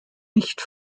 nicht